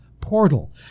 portal